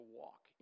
walk